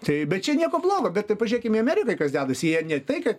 tai bet čia nieko blogo bet tai pažiūrėkim į ameriką kas dedasi jie neteikia